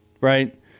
right